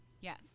Yes